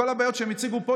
כל הבעיות שהם הציגו פה,